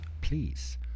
please